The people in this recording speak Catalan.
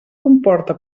comporta